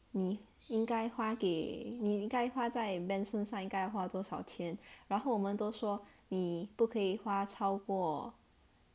你应该花给你应该花在 ben 身上应该花多少钱然后我们都说你不可以花超过